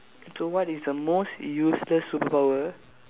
so what is the most useless superpower